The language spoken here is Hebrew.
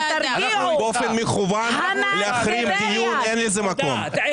לא היה מהפך משטרי.